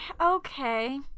okay